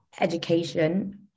education